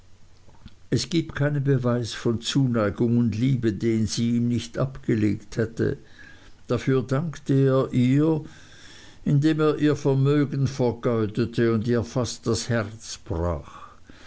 es gibt keinen beweis von zuneigung und liebe den sie ihm nicht abgelegt hätte dafür dankte er ihr indem er ihr vermögen vergeudete und ihr fast das herz brach